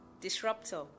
disruptor